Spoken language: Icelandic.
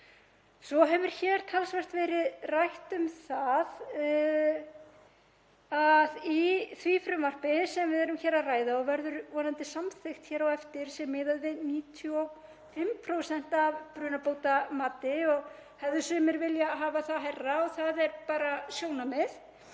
Svo hefur talsvert verið rætt um það að í því frumvarpi sem við erum hér að ræða, og verður vonandi samþykkt á eftir, sé miðað við 95% af brunabótamati og hefðu sumir viljað hafa það hærra. Það er bara sjónarmið.